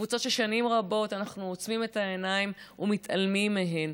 קבוצות ששנים רבות אנחנו עוצמים את העיניים ומתעלמים מהן,